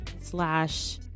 Slash